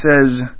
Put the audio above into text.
says